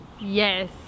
Yes